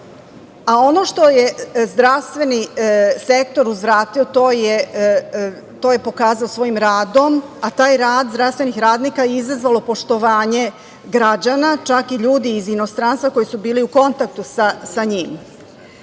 Ono što je zdravstveni sektor uzvratio to je pokazao svojim radom, a taj rad zdravstvenih radnika je izazvao poštovanje građana, čak i ljudi iz inostranstva koji su bili u kontaktu sa njim. Želim